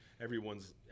everyone's